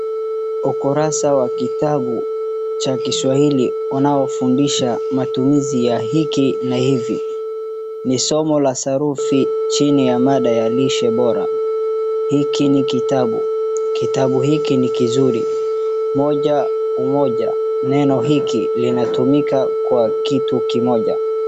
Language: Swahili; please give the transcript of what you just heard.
Ukurasa wa kitabu cha kiswahili unaofundisha matumizi ya hiki na hivi. Ni soma ya sarufi chini ya mada fundishe bora .Hiki ni kitabu ,kitabu hiki ni kizuri moja umoja, neno hiki linatumika kwa kitu kimoja .